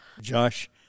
Josh